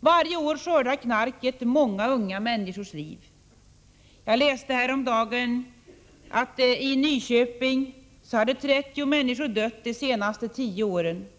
Varje år skördar knarket många unga människors liv. Jag läste häromdagen att i Nyköping hade 30 människor dött under de senaste 10 åren på grund av knark.